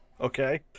Okay